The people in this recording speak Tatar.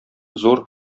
зур